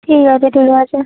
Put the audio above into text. ঠিক আছে ঠিক আছে